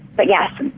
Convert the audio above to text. but yes,